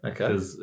okay